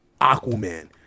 Aquaman